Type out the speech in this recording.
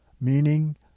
meaning